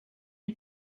and